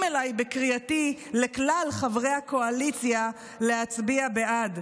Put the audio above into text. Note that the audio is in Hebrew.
אליי בקריאתי לכלל חברי הקואליציה להצביע בעד,